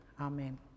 amen